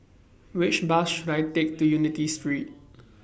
Which Bus should I Take to Unity Street